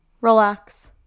relax